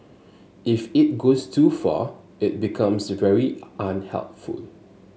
if it goes too far it becomes very unhelpful